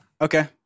Okay